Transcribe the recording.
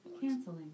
Canceling